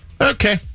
Okay